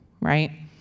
right